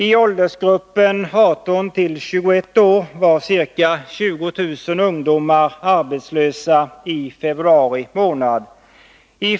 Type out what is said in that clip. I åldersgruppen 18-21 år var ca 20 000 ungdomar arbetslösa i februari månad.